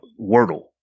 Wordle